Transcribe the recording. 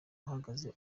uhagaze